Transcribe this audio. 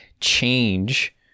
change